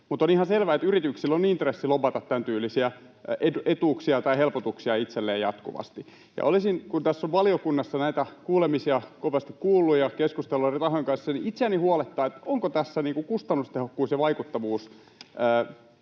Mutta on ihan selvää, että yrityksillä on intressi lobata tämän tyylisiä etuuksia tai helpotuksia itselleen jatkuvasti. Kun tässä on valiokunnassa näitä kuulemisia kovasti kuullut ja keskustellut eri tahojen kanssa, niin itseäni huolettaa, ollaanko tässä kustannustehokkuudessa ja vaikuttavuudessa